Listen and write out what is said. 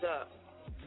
up